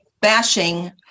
bashing